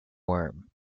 worm